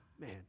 man